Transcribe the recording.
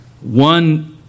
one